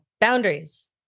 Boundaries